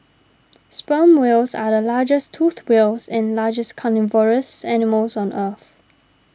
sperm whales are the largest toothed whales and largest carnivorous animals on earth